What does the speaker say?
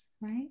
right